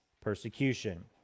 persecution